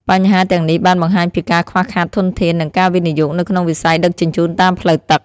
បញ្ហាទាំងនេះបានបង្ហាញពីការខ្វះខាតធនធាននិងការវិនិយោគនៅក្នុងវិស័យដឹកជញ្ជូនតាមផ្លូវទឹក។